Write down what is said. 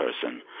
person